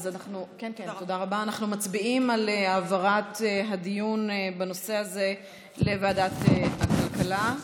אנחנו מצביעים על העברת הדיון בנושא הזה לוועדת הכלכלה.